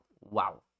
wow